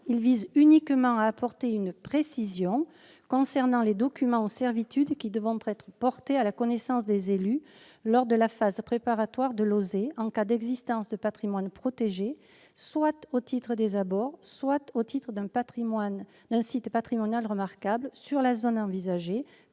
Il a uniquement pour objet d'apporter une précision concernant les documents ou servitudes qui devront être portés à la connaissance des élus lors de la phase préparatoire de l'OSER, en cas d'existence de patrimoine protégé sur la zone envisagée, soit au titre des abords, soit au titre d'un site patrimonial remarquable, pour la mise en oeuvre